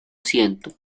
siento